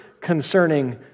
concerning